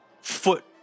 foot